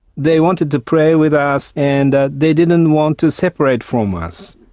they wanted to play with us and ah they didn't want to separate from us.